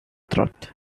truth